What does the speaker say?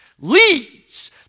leads